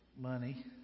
money